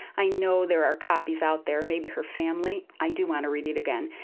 i know there are copies out there, maybe her family. i do want to read it again.